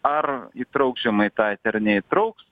ar įtrauks žemaitaitį ar neįtrauks